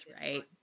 right